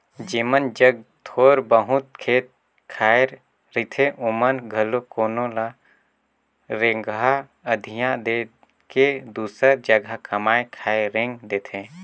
जेमन जग थोर बहुत खेत खाएर रहथे ओमन घलो कोनो ल रेगहा अधिया दे के दूसर जगहा कमाए खाए रेंग देथे